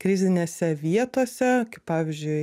krizinėse vietose kaip pavyzdžiui